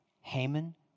Haman